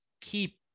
keep